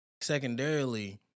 Secondarily